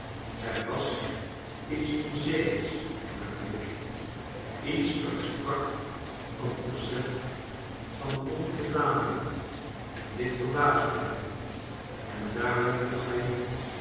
er was iets onzekers in haar blik lets dat sprak van verzet van onvoldaanheid dit verbaasde hem en daarom vroeg hij